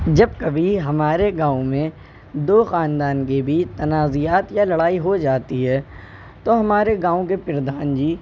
جب کبھی ہمارے گاؤں میں دو خاندان کے بیچ نتازعات یا لڑائی ہو جاتی ہے تو ہمارے گاؤں کے پردھان جی